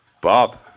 Bob